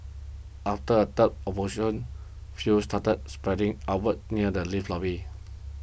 after a third fuel started spreading upwards near the lift lobby